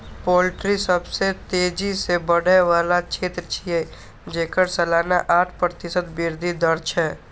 poultry सबसं तेजी सं बढ़ै बला क्षेत्र छियै, जेकर सालाना आठ प्रतिशत वृद्धि दर छै